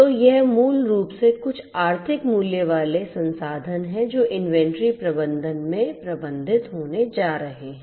तो यह मूल रूप से कुछ आर्थिक मूल्य वाले संसाधन हैं जो इन्वेंट्री प्रबंधन में प्रबंधित होने जा रहे हैं